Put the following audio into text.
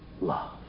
Love